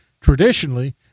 Traditionally